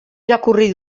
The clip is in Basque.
irakurri